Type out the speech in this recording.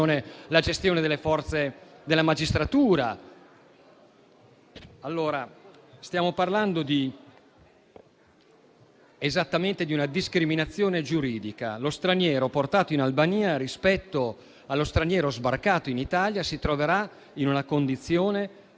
la gestione delle forze della magistratura. Stiamo parlando esattamente di una discriminazione giuridica. Lo straniero portato in Albania, rispetto allo straniero sbarcato in Italia, si troverà in una condizione